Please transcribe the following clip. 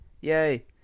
Yay